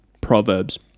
Proverbs